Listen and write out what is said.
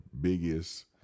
biggest